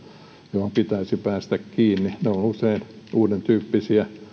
johon pitäisi päästä kiinni ne ovat usein uudentyyppisiä